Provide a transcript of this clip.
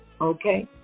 Okay